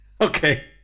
okay